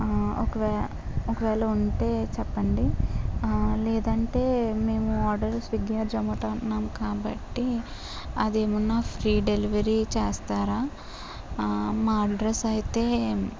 ఒకవే ఒకవేళ ఉంటే చెప్పండి లేదంటే మేము ఆర్డర్ స్విగ్గీ జోమాటో అన్నాము కాబట్టి అదేమన్నా ఫ్రీ డెలివరీ చేస్తారా మా అడ్రస్ అయితే